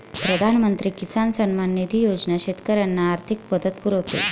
प्रधानमंत्री किसान सन्मान निधी योजना शेतकऱ्यांना आर्थिक मदत पुरवते